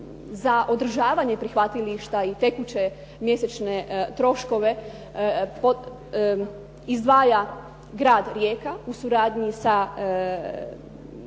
za održavanje prihvatilišta i tekuće mjesečne troškove izdvaja grad Rijeka u suradnji sa